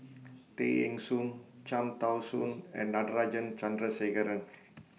Tay Eng Soon Cham Tao Soon and Natarajan Chandrasekaran